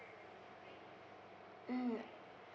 mm